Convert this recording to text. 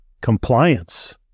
compliance